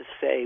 say